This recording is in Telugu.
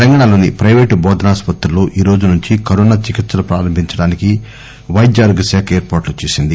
తెలంగాణా లోని పైవేటు బోధనాసుపత్రుల్లో ఈ రోజు నుంచి కరోనా చికిత్పలు ప్రారంభించడానికి వైద్యఆరోగ్యశాఖ ఏర్పాట్లు చేసింది